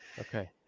Okay